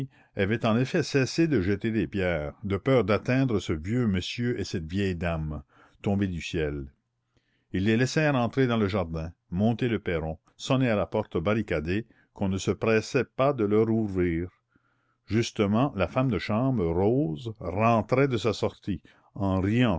avaient en effet cessé de jeter des pierres de peur d'atteindre ce vieux monsieur et cette vieille dame tombés du ciel ils les laissèrent entrer dans le jardin monter le perron sonner à la porte barricadée qu'on ne se pressait pas de leur ouvrir justement la femme de chambre rose rentrait de sa sortie en riant